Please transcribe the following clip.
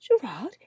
Gerard